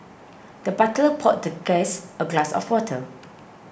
the butler poured the guest a glass of water